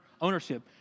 ownership